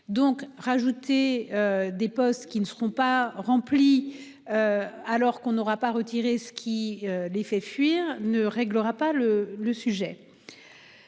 donc rajouter. Des postes qui ne seront pas remplies. Alors qu'on n'aura pas retiré ce qui les fait fuir ne réglera pas le le sujet.